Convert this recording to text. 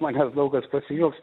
manęs daug kas pasijuoks